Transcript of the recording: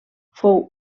fou